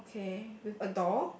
okay with a door